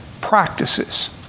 practices